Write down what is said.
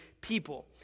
people